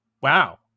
wow